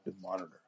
monitor